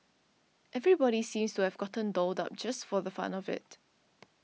everybody seemed to have gotten dolled up just for the fun of it